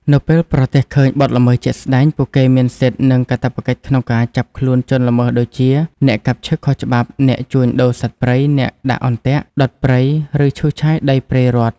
នៅពេលប្រទះឃើញបទល្មើសជាក់ស្តែង ពួកគេមានសិទ្ធិ និងកាតព្វកិច្ចក្នុងការចាប់ខ្លួនជនល្មើសដូចជា អ្នកកាប់ឈើខុសច្បាប់ អ្នកជួញដូរសត្វព្រៃ អ្នកដាក់អន្ទាក់ ដុតព្រៃ ឬឈូសឆាយដីព្រៃរដ្ឋ។